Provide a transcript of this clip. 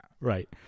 Right